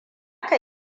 ka